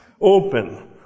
open